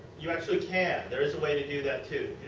you actually can. there is a way to do that too.